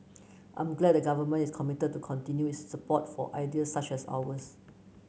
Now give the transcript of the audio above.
I'm glad the Government is committed to continue its support for ideas such as ours